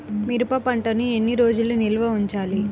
మిరప పంటను ఎన్ని రోజులు నిల్వ ఉంచాలి?